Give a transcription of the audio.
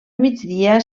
migdia